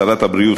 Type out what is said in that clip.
שרת הבריאות,